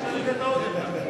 עכשיו יש לך עוד אחד.